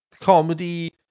comedy